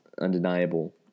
undeniable